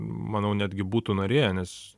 manau netgi būtų norėję nes